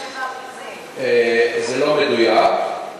עוד 3.75%. זה לא מדויק.